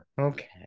Okay